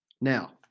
Now